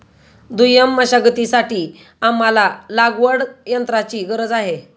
दुय्यम मशागतीसाठी आम्हाला लागवडयंत्राची गरज आहे